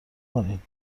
کنین